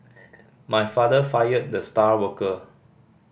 my father fired the star worker